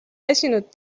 väsinud